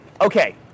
Okay